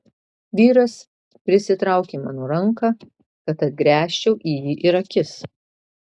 vyras prisitraukė mano ranką kad atgręžčiau į jį ir akis